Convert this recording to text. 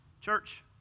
Church